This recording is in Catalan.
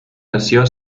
nació